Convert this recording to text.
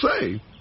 say